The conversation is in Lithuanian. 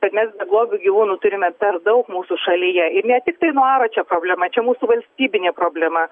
kad mes beglobių gyvūnų turime per daug mūsų šalyje ne tiktai nuaro čia problema čia mūsų valstybinė problema